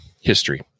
history